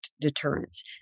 deterrence